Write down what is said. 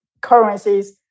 currencies